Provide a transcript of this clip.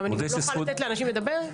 אני גם לא יכולה לתת לאנשים לדבר?